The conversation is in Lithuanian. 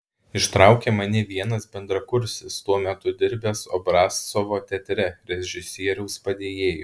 ištraukė mane vienas bendrakursis tuo metu dirbęs obrazcovo teatre režisieriaus padėjėju